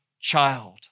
child